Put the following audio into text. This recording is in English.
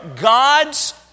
God's